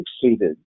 succeeded